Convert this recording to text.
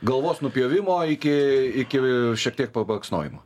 galvos nupjovimo iki iki šiek tiek pabaksnojimo